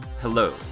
Hello